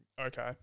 Okay